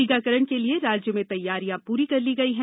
टीकाकरण के लिये राज्य में तैयारियां पूरी कर ली गई हैं